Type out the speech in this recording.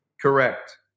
Correct